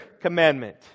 commandment